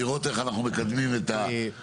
כדי לראות איך אנחנו מקדמים את הסור